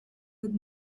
with